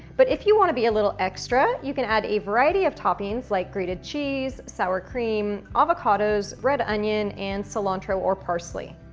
but, if you want to be a little extra, you can add variety of toppings, like grated cheese, sour cream, avocados, red onion and cilantro or parsley.